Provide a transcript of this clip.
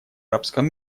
арабском